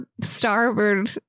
starboard